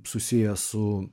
susiję su